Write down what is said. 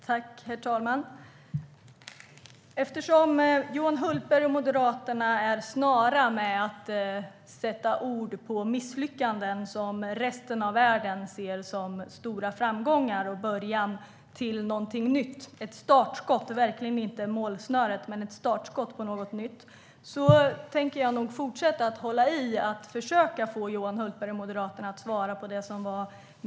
Herr talman! Eftersom Johan Hultberg och Moderaterna är snara med att sätta ord på misslyckanden som resten av världen ser som stora framgångar och början till något nytt - ett startskott, verkligen inte målsnöret, men ett startskott på något nytt - tänker jag fortsätta att försöka få Johan Hultberg och Moderaterna att svara på min fråga.